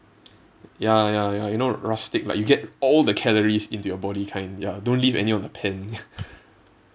ya ya ya you know rustic like you get all the calories into your body kind ya don't leave any on the pan